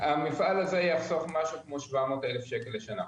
המפעל הזה יחסוך משהו כמו 700,000 לשנה.